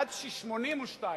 עד 82,